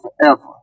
forever